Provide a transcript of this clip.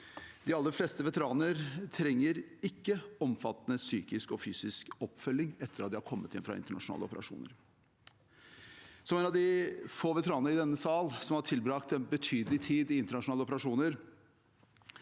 De aller fleste veteraner trenger ikke omfattende psykisk og fysisk oppfølging etter at de har kommet hjem fra internasjonale operasjoner. Som en av de få veteranene i denne sal som har tilbrakt betydelig tid i internasjonale operasjoner,